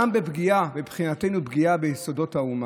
וגם בפגיעה, מבחינתנו, ביסודות האומה.